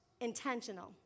Intentional